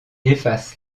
efface